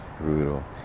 brutal